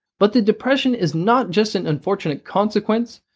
but the depression is not just an unfortunate consequence,